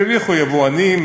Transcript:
הרוויחו היבואנים,